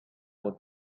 for